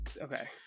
okay